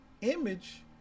image